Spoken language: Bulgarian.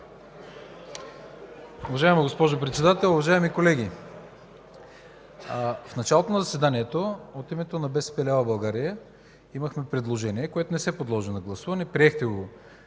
Уважаема госпожо Председател, уважаеми колеги! В началото на заседанието от името на БСП лява България имахме предложение, което не се подложи на гласуване – приехте го